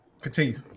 Continue